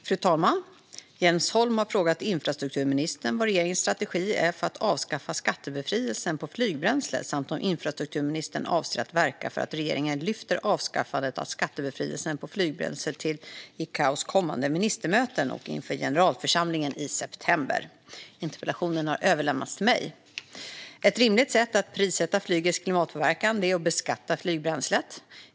Fru talman! Jens Holm har frågat infrastrukturministern vad regeringens strategi är för att avskaffa skattebefrielsen på flygbränsle samt om infrastrukturministern avser att verka för att regeringen lyfter avskaffandet av skattebefrielsen på flygbränsle till ICAO:s kommande ministermöten och inför generalförsamlingen i september. Interpellationen har överlämnats till mig. Ett rimligt sätt att prissätta flygets klimatpåverkan är att beskatta flygbränslet.